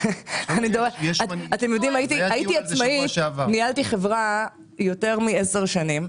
ניהלתי חברה יותר מ-10 שנים.